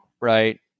Right